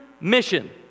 mission